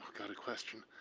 kind of question.